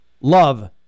love